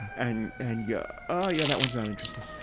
and, and yeah ah yeah, that one's not interesting.